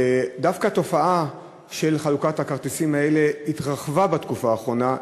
דווקא התופעה של חלוקת הכרטיסים האלה התרחבה בתקופה האחרונה.